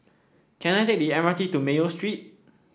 can I take the M R T to Mayo Street